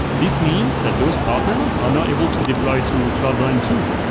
this means that those partners are now able to deploy to cloudrun too